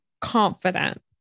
confident